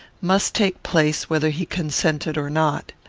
must take place whether he consented or not.